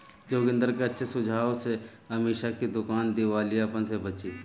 जोगिंदर के अच्छे सुझाव से अमीषा की दुकान दिवालियापन से बची